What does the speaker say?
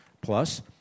Plus